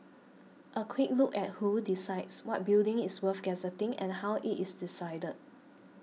a quick look at who decides what building is worth gazetting and how it is decided